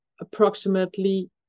approximately